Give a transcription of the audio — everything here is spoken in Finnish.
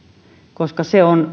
koska se on